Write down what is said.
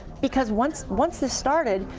because once once this started,